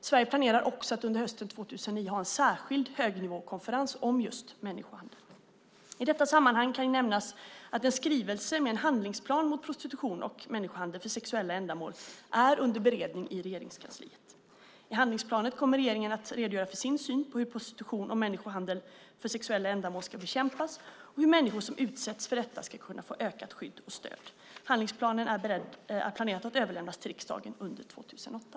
Sverige planerar också att under hösten 2009 anordna en högnivåkonferens om just människohandel. I detta sammanhang kan nämnas att en skrivelse med en handlingsplan mot prostitution och människohandel för sexuella ändamål för närvarande är under beredning i Regeringskansliet. I handlingsplanen kommer regeringen att redogöra för sin syn på hur prostitution och människohandel för sexuella ändamål ska bekämpas och hur människor som utsätts för detta ska kunna få ökat skydd och stöd. Handlingsplanen är planerad att överlämnas till riksdagen under 2008.